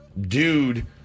dude